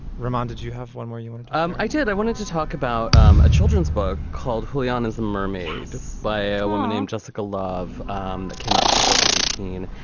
reminded you have one where you and um i did, i wanted to talk about um a children's book called hoolihan as a mermaid just by a woman named jessica love um that came out in two thousand and thirteen.